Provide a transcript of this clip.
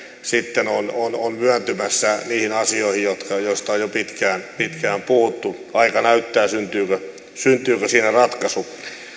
on on myöntymässä niihin asioihin joista on jo pitkään puhuttu aika näyttää syntyykö siinä ratkaisu